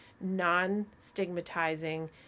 non-stigmatizing